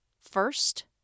First